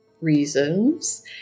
reasons